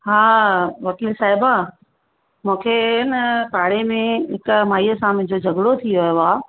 हा वकिल साहिबा मूंखे आहे न पाड़े में हिक माईअ सां मुंहिंजो झॻिडो थी वियो आहे